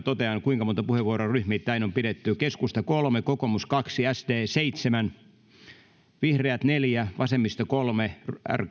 totean kuinka monta puheenvuoroa ryhmittäin on pidetty keskusta kolme kokoomus kaksi sd seitsemän vihreät neljä vasemmisto kolme